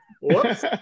Whoops